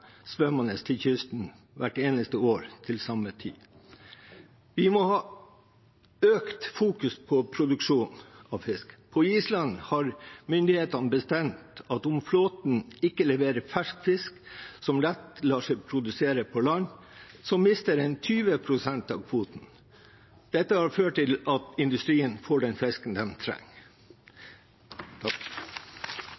svømmende til kysten hvert eneste år til samme tid. Vi må fokusere mer på produksjon av fisk. På Island har myndighetene bestemt at om flåten ikke leverer fersk fisk som lett lar seg produsere på land, mister en 20 pst. av kvoten. Dette har ført til at industrien får den fisken den trenger.